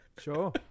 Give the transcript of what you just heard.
Sure